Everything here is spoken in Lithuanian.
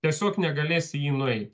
tiesiog negalės į jį nueit